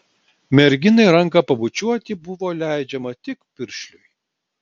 merginai ranką pabučiuoti buvo leidžiama tik piršliui